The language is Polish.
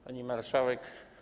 Pani Marszałek!